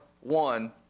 one